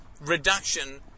reduction